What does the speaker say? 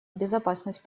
безопасность